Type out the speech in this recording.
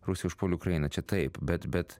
rusija užpuolė ukrainą čia taip bet bet